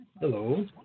hello